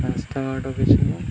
ରାସ୍ତା ଘାଟ କିଛିି